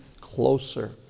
closer